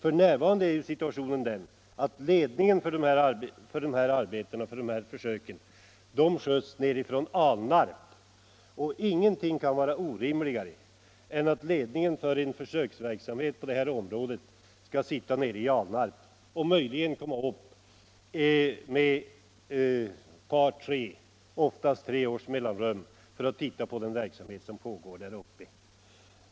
F. n. är situationen den att verksamheten leds ifrån Alnarp. Ingenting kan vara orimligare än att ledningen för en försöksverksamhet på detta område finns i Alnarp och kommer upp till Norrland med ett par tre — oftast tre — års mellanrum för att se på den verksamhet som där pågår.